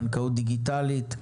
בנקאות דיגיטלית,